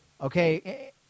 okay